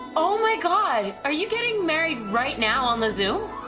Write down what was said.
oh my god. are you getting married right now on the zoom?